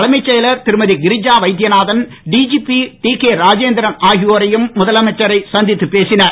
தலைமைச் செயலர் திருமதி கிரிஜா வைத்தியநாதன் டிதிபி டிகே ராஜேந்திரன் ஆகியோரும் முதலமைச்சரை சந்தித்துப் பேசினர்